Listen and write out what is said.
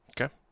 Okay